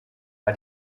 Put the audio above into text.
war